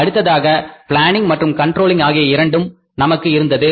அடுத்ததாக பிளானிங் மற்றும் கண்ட்ரோலிங் ஆகிய இரண்டும் நமக்கு இருந்தது